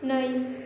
नै